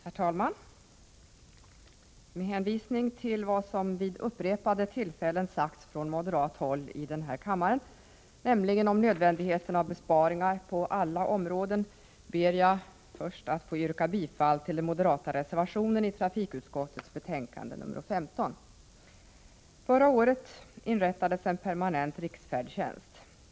Herr talman! Med hänvisning till vad som vid upprepade tillfällen sagts från moderat håll i denna kammare, nämligen om nödvändigheten av besparingar på alla områden, ber jag först att få yrka bifall till den moderata reservationen i betänkande nr 15. Förra året inrättades en permanent riksfärdtjänst.